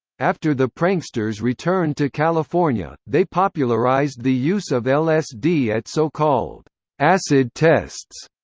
after the pranksters returned to california, they popularized the use of lsd at so-called acid tests,